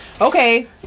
okay